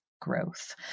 growth